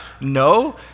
no